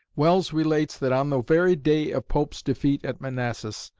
welles relates that on the very day of pope's defeat at manassas,